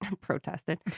Protested